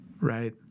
Right